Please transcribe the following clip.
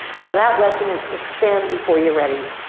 so that lesson is expand before you're ready.